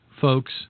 folks